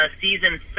season